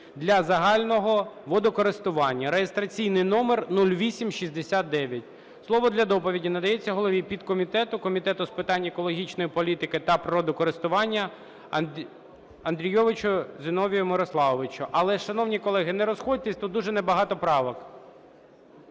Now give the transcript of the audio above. для загального водокористування (реєстраційний номер 0869). Слово для доповіді надається голові підкомітету Комітету з питань екологічної політики та природокористування Андрійовичу Зіновію Мирославовичу. Але, шановні колеги, не розходьтеся, тут дуже небагато правок.